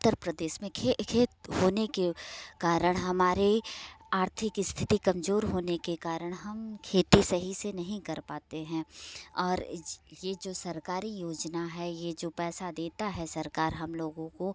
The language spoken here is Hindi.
उत्तर प्रदेश में खेत होने के कारण हमारे आर्थिक स्थिति कमजोर होने के कारण हम खेती सही से नहीं कर पाते हैं और ये जो सरकारी योजना है ये जो पैसा देता है सरकार हम लोगों को